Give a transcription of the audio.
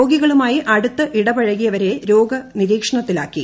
രോഗികളുമായി അടുത്ത് ഇടപഴകിയവരെ രോഗ നിരീക്ഷണത്തിലാക്കി